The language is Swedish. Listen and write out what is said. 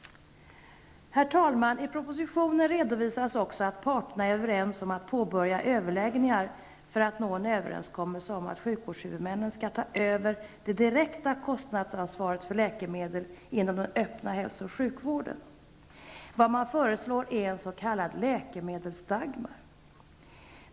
Herr talman! I propositionen redovisas också att parterna är överens om att påbörja överläggningar för att nå en överenskommelse om att sjukvårdshuvudmännen skall ta över det direkta kostnadsansvaret för läkemedel inom den öppna hälso och sjukvården. Vad man föreslår är en s.k. Läkemedelsdagmar.